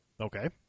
Okay